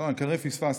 לא, אני כנראה פספסתי,